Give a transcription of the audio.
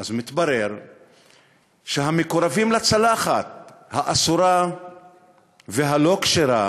שהמקורבים לצלחת האסורה והלא-כשרה